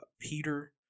Peter